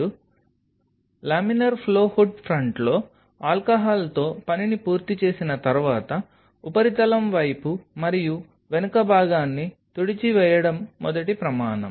కాబట్టి laminar flow hood ఫ్రంట్లో ఆల్కహాల్తో పనిని పూర్తి చేసిన తర్వాత ఉపరితలం మరియు వైపు మరియు వెనుక భాగాన్ని తుడిచివేయడం మొదటి ప్రమాణం